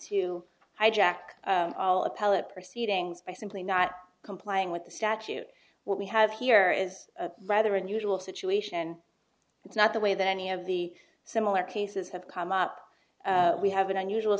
to hijack all appellate proceedings by simply not complying with the statute what we have here is a rather unusual situation it's not the way that any of the similar cases have come up we have an unusual